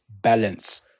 balance